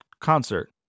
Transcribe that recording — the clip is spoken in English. concert